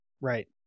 Right